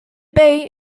bay